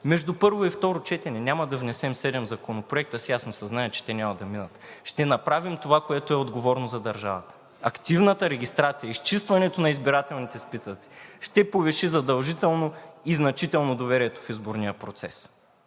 Между първо и второ четене няма да внесем седем законопроекта с ясното съзнание, че те няма да минат. Ще направим това, което е отговорно за държавата. Активната регистрация, изчистването на избирателните списъци ще повишат задължително и значително доверието в изборния процес.